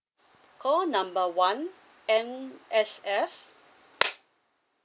call number one M_S_F